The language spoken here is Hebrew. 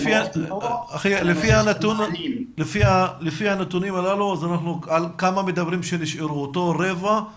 לפי הנתונים הללו, מדברים על אותו רבע שהוא